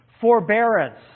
forbearance